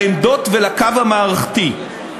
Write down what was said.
לעמדות ולקו המערכתי.